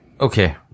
okay